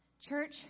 Church